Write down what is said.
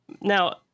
Now